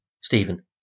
Stephen